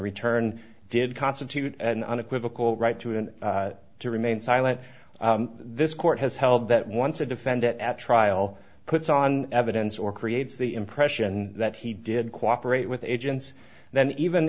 return did constitute an unequivocal right to an to remain silent this court has held that once a defendant at trial puts on evidence or creates the impression that he did cooperate with agents and then even